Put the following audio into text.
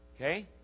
Okay